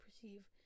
perceive